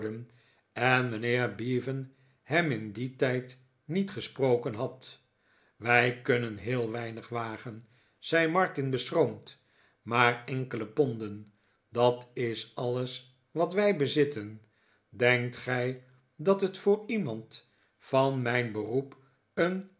en mijnheer bevan hem in dien tijd niet gesproken had wij kunnen heel weinig wagen zei martin beschroomd maar enkele ponden dat is alles wat wij bezitten denkt gij dat het voor iemand van mijn beroep een